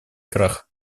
крах